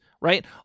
Right